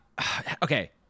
okay